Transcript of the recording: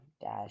dash